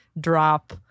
Drop